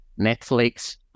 Netflix